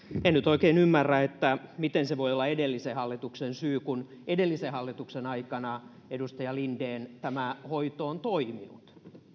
en nyt oikein ymmärrä miten se voi olla edellisen hallituksen syy kun edellisen hallituksen aikana edustaja linden tämä hoito on toiminut